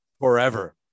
forever